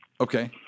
Okay